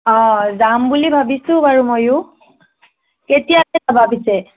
অ যাম বুলি ভাবিছোঁ বাৰু ময়ো কেতিয়াকৈ যাবা পিচে